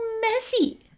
messy